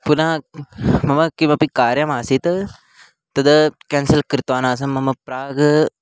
पुनः मम किमपि कार्यमासीत् तत् केन्सल् कृत्वान् आसम् मम प्राक्